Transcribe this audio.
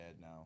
now